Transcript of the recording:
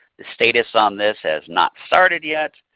the status on this has not started yet.